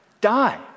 die